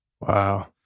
Wow